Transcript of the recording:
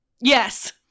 Yes